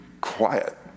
quiet